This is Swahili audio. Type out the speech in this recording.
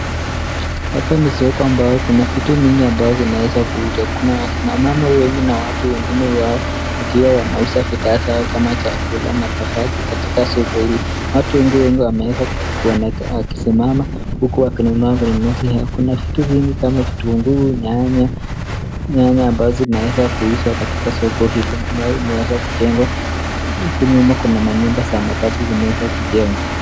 Hapa ni soko ambayo kuna vitu mingi zinaweza kuuzwa. Kuna wakina mama wengi na watu wengine wakiwa wanauza bidhaa zao kama chakula na mavazi katika soko hilo. Watu wengi wameweza kuonekana kuwa wanasimama huku wakinunua. Kuna vitu vingi kama vitunguu, nyanya. Nyanya ambazo zinaeza kuuzwa katika soko hilo. Huku nyuma kuna nyumba za mabati zimeweza kujengwa.